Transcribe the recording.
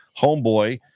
homeboy